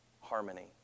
harmony